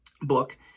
book